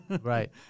Right